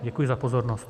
Děkuji za pozornost.